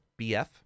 BF